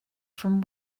from